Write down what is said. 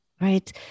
right